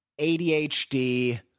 ADHD